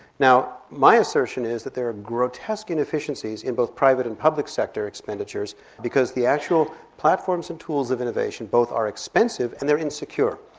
now, my assertion is that there are grotesque inefficiencies in both private and public sector expenditures because the actual platforms and tools of innovation both are expensive and they're insecure.